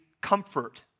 comfort